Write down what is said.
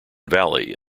valley